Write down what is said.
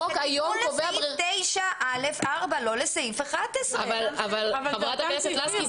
זה תיקון לסעיף 9א(4) ולא לסעיף 11. חברת הכנסת לסקי,